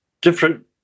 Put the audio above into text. different